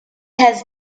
has